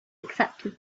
accepted